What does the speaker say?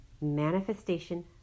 manifestation